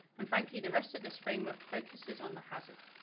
and frankly, the rest of this framework focuses on the hazard.